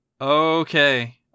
Okay